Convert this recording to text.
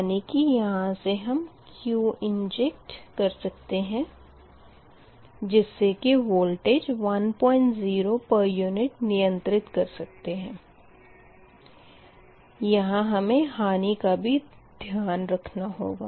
यानी कि यहाँ से हम Q इंजेक्ट कर सकते है जिस से कि वोल्टेज 10 pu नियंत्रित कर सकते है यहाँ हमें हानि का भी ध्यान रखना होगा